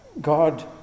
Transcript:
God